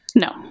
No